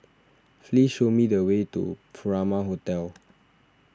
please show me the way to Furama Hotel